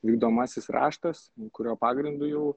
vykdomasis raštas kurio pagrindu jau